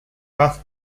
paz